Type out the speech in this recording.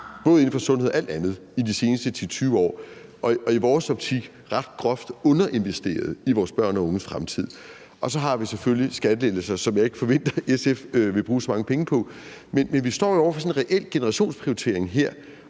år har brugt langt de fleste penge på, og hvor vi i vores optik ret groft har underinvesteret i vores børn og unges fremtid? Så har vi selvfølgelig også skattelettelser, som jeg ikke forventer at SF vil bruge så mange penge på. Men vi står jo her over for en reel generationsprioritering,